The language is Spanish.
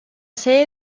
sede